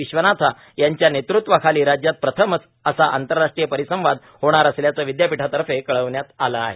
विश्वनाथा यांच्या नेतृत्वाखाली राज्यात प्रथमच असा आंतरराष्ट्रीय परिसंवाद होणार असल्याचं विदयापीठातर्फे कळवण्यात आलं आहे